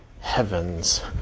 heavens